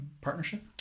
partnership